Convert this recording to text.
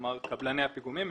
כלומר קבלני הפיגומים,